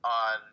on